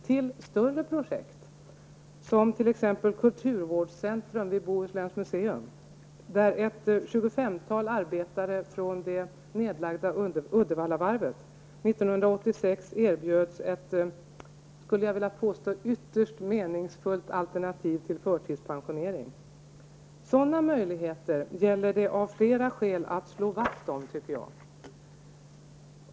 Vi har också större projekt, t.ex. kulturvårdscentrum vid Bohusläns museum, där ett tjugofemtal arbetare från det nedlagda Uddevallavarvet 1986 erbjöds ett -- skulle jag vilja påstå -- ytterst meningsfullt alternativ till förtidspensionering. Sådana möjligheter gäller det att slå vakt om av flera skäl, tycker jag.